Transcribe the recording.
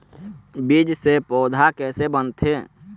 बीज से पौधा कैसे बनथे?